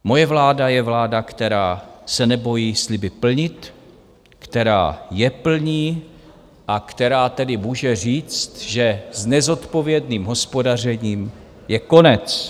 Moje vláda je vláda, která se nebojí sliby plnit, která je plní a která tedy může říct, že s nezodpovědným hospodařením je konec.